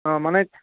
অঁ মানে